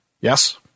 Yes